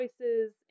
choices